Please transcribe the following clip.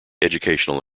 educational